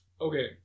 Okay